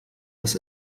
dass